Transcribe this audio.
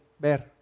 ver